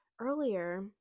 earlier